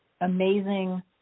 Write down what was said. amazing